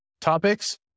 topics